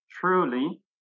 truly